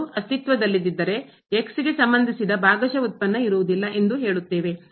ಅದು ಅಸ್ತಿತ್ವದಲ್ಲಿಲ್ಲದಿದ್ದರೆ x ಗೆ ಸಂಬಂಧಿಸಿದ ಭಾಗಶಃ ಉತ್ಪನ್ನ ಇರುವುದಿಲ್ಲ ಎಂದು ಹೇಳುತ್ತೇವೆ